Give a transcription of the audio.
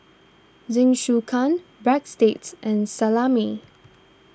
Jingisukan Breadsticks and Salami